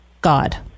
God